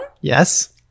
Yes